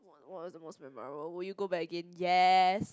what's the most memorable will you go back again yes